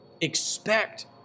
Expect